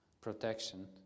protection